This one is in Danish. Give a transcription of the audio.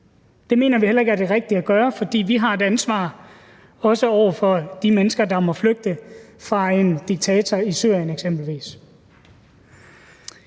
Det mener vi heller ikke er det rigtige at gøre, for vi har et ansvar, også over for de mennesker, der må flygte fra en diktator i Syrien eksempelvis.